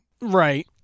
Right